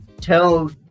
Tell